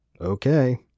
Okay